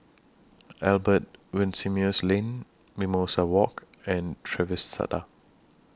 Albert Winsemius Lane Mimosa Walk and Trevista